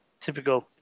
Typical